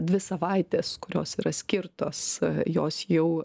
dvi savaitės kurios yra skirtos jos jau